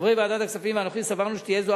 חברי ועדת הכספים ואנוכי סברנו שתהיה זו